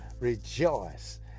rejoice